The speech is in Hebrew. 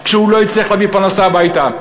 כשהוא לא הצליח להביא פרנסה הביתה,